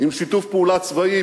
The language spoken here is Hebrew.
עם שיתוף פעולה צבאי,